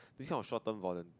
this kind of short term volun~